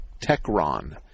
Techron